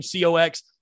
COX